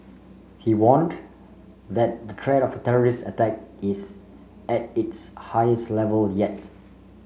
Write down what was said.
he warned that the threat of terrorist attack is at its highest level yet